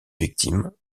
victime